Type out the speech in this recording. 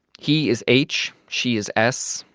he is h. she is s.